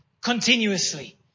continuously